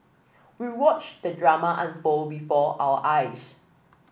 we watched the drama unfold before our eyes